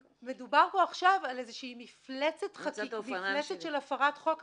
מדובר פה על איזושהי מפלצת של הפרת חוק ענקית.